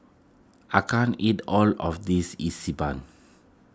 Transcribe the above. I can't eat all of this Xi Ban